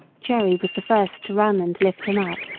jerry was the first to run and lift him up.